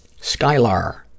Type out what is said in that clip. Skylar